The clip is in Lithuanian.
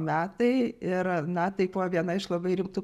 metai ir na tai buvo viena iš labai rimtų